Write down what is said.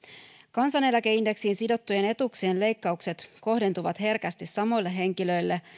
kansaneläkeindeksiin sidottujen etuuksien leikkaukset kohdentuvat herkästi samoille henkilöille